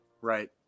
Right